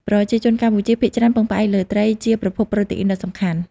ប្រជាជនកម្ពុជាភាគច្រើនពឹងផ្អែកលើត្រីជាប្រភពប្រូតេអ៊ីនដ៏សំខាន់។